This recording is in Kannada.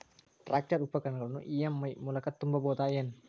ಟ್ರ್ಯಾಕ್ಟರ್ ಉಪಕರಣಗಳನ್ನು ಇ.ಎಂ.ಐ ಮೂಲಕ ತುಂಬಬಹುದ ಏನ್?